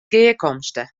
gearkomste